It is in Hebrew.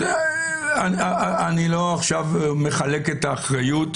אני לא מחלק עכשיו את האחריות,